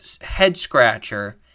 head-scratcher